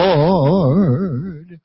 Lord